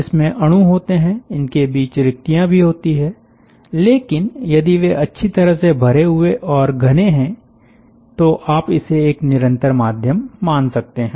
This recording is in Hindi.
इसमें अणु होते हैं इनके बीच रिक्तियाँ भी होती हैं लेकिन यदि वे अच्छी तरह से भरे हुए और घने हैं तो आप इसे एक निरंतर माध्यम मान सकते हैं